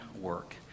work